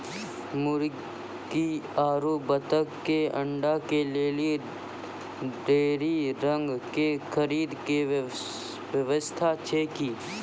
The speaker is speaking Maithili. मुर्गी आरु बत्तक के अंडा के लेली डेयरी रंग के खरीद के व्यवस्था छै कि?